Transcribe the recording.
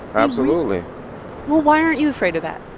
absolutely well, why aren't you afraid of that?